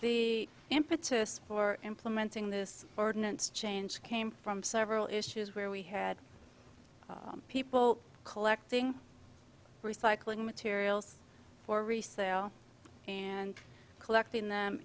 the impetus for implementing this ordinance change came from several issues where we had people collecting recycling materials for resale and collecting them